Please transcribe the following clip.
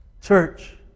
Church